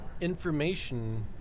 information